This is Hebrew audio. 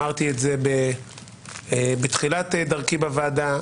אמרתי את זה בתחילת דרכי בוועדה.